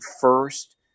first